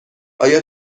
آیا